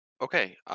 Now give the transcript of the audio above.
Okay